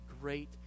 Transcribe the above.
great